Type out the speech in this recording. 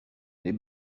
les